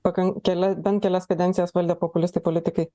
pakan kelia bent kelias kadencijas valdė populistai politikai